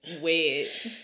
Wet